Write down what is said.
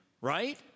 right